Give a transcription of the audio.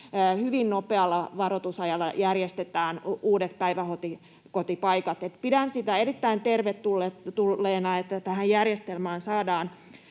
hyvin nopealla varoitusajalla järjestetään uudet päiväkotipaikat. Eli pidän erittäin tervetulleena sitä, että tähän järjestelmään saadaan